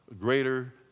greater